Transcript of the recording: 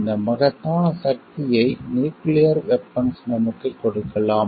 இந்த மகத்தான சக்தியை நியூக்கிளியர் வெபன்ஸ் நமக்குக் கொடுக்கலாம்